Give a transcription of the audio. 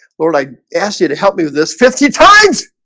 lord. i ask you to help me with this fifty times